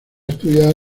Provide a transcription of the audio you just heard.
estudiar